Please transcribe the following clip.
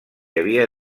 havia